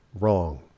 wrong